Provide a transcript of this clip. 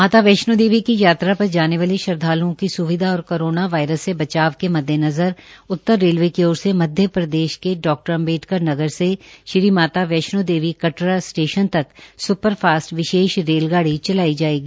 माता वैष्णो देवी की यात्रा पर जाने वाले श्रद्धालूओं की सुविधा और कोरोना वायरस से बचाव के मद्देनज़र उत्तर रेलवे की ओर मध्य प्रदेश के डाक्टर अम्बेडकर नगर से श्री माता वैष्णो देवी कटरा स्टेशन तक स्पर फास्ट विशेष रेलगाड़ी चलाई जायेगी